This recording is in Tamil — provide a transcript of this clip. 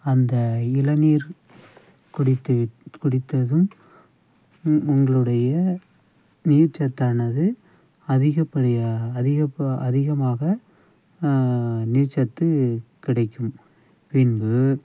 அந்த இளநீர் குடித்து விட் குடித்ததும் உ உங்களுடைய நீர்ச்சத்தானது அதிகப்படியாக அதிக இப்போ அதிகமாக நீர்ச்சத்து கிடைக்கும் பின்பு